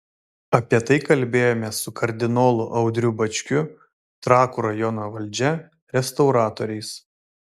apie tai kalbėjomės su kardinolu audriu bačkiu trakų rajono valdžia restauratoriais